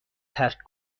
ترک